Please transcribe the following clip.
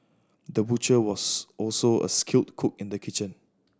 the butcher was also a skilled cook in the kitchen